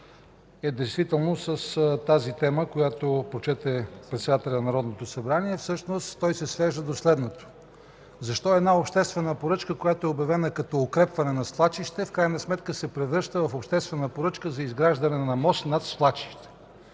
е действително с тази тема, която прочете председателя на Народното събрание. Всъщност той се свежда до следното: защо една обществена поръчка, която е обявена като укрепване на свлачище, в крайна сметка се превръща в обществена поръчка за изграждане на мост над свлачище?